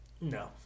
No